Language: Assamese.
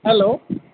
হেল্ল'